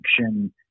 action